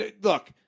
Look